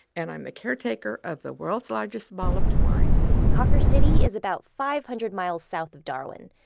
and i'm the caretaker of the world's largest ball of twine cawker city is about five hundred miles south of darwin.